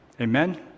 Amen